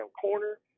corner